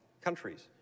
countries